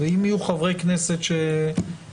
ואם יהיו חברי כנסת שיתנגדו,